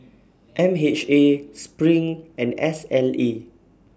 M H A Sring and S L E